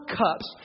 cups